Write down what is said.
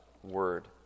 word